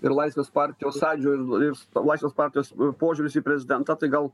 ir laisvės partijos sąjūdžio ir ir laisvės partijos požiūris į prezidentą tai gal